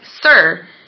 sir